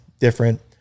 different